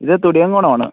ഇത് തുടിയങ്കോണമാണ്